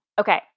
Okay